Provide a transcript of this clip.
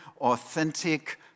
authentic